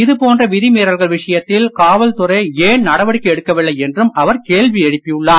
இது போன்ற விதிமீறல்கள் விஷயத்தில் காவல் துறை ஏன் நடவடிக்கை எடுக்கவில்லை என்றும் அவர் கேள்வி எழுப்பியுள்ளார்